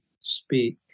speak